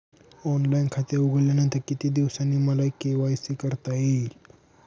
Online खाते उघडल्यानंतर किती दिवसांनी मला के.वाय.सी करता येईल?